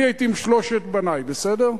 אני הייתי עם שלושת בני, בסדר?